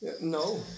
No